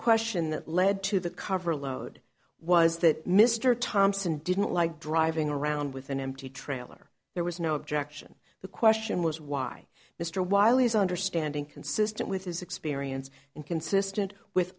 question that led to the cover load was that mr thompson didn't like driving around with an empty trailer there was no objection the question was why mr wiley is understanding consistent with his experience inconsistent with